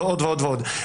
ועוד ועוד ועוד.